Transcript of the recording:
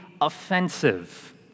offensive